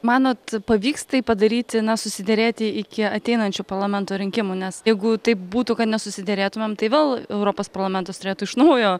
manot pavyks tai padaryti na susiderėti iki ateinančių parlamento rinkimų nes jeigu taip būtų kad nesusiderėtumėm tai vėl europos parlamentas turėtų iš naujo